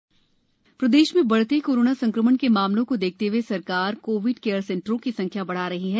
Covid care centre प्रदेश में बढ़ते कोरोना संक्रमण के मामलों को देखते हुए सरकार कोविड केयर सेंटरों की संख्या बढ़ा रही है